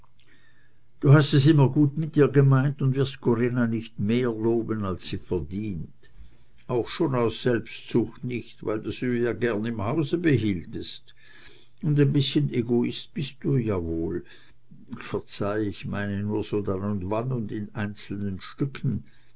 du hast es immer gut mit mir gemeint und wirst corinna nicht mehr loben als sie verdient auch schon aus selbstsucht nicht weil du sie gern im hause behieltest und ein bißchen egoist bist du ja wohl verzeih ich meine nur so dann und wann und in einzelnen stücken